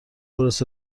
برس